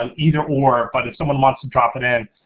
um either or, but if someone wants to drop it in,